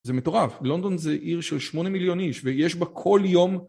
זה מטורף, לונדון זה עיר של שמונה מיליון איש ויש בה כל יום